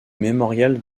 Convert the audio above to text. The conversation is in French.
mémorial